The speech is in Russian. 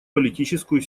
политическую